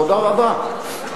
תודה רבה,